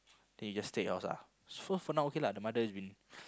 then you just stay at your house ah so for now okay lah the mother has been